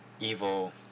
Evil